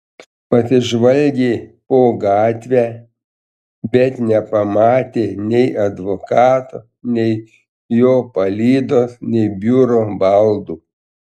pasižvalgė po gatvę bet nepamatė nei advokato nei jo palydos nei biuro baldų